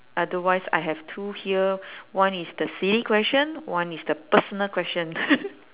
otherwise I have two here one is the silly question one is the personal question